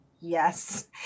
yes